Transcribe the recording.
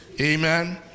Amen